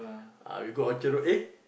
ah we go Orchard-Road !eh!